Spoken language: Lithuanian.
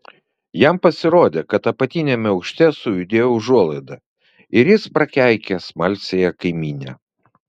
jam pasirodė kad apatiniame aukšte sujudėjo užuolaida ir jis prakeikė smalsiąją kaimynę